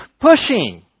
pushing